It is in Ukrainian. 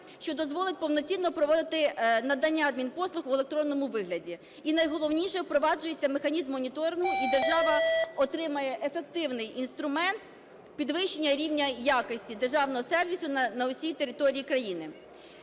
що дозволить повноцінно проводити надання адмінпослуг в електронному вигляді. І найголовніше, впроваджується механізм моніторингу, і держава отримає ефективний інструмент підвищення рівня якості державного сервісу на всій території країни.